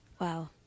Wow